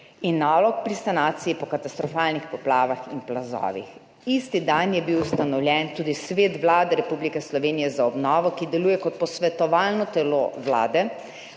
in nalog pri sanaciji po katastrofalnih poplavah in plazovih. Isti dan je bil ustanovljen tudi Svet Vlade Republike Slovenije za obnovo, ki deluje kot posvetovalno telo vlade,